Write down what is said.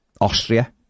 Austria